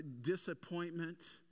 disappointment